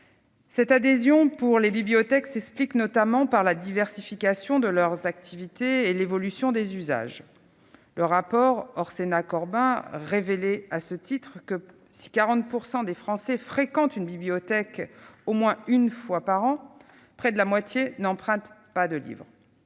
Cette adhésion aux bibliothèques s'explique notamment par la diversification de leurs activités et par l'évolution des usages. Le rapport Orsenna-Corbin révélait à ce titre que, si 40 % des Français fréquentent une bibliothèque au moins une fois par an, près de la moitié des usagers n'empruntent pas de livres.